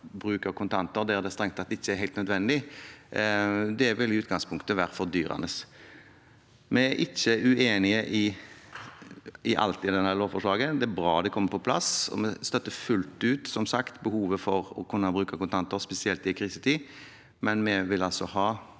der det strengt tatt ikke er helt nødvendig, vil i utgangspunktet være fordyrende. Vi er ikke uenige i alt i dette lovforslaget. Det er bra at det kommer på plass, og vi støtter fullt ut, som sagt, behovet for å kunne bruke kontanter, spesielt i en krisetid,